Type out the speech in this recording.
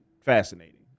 fascinating